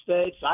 States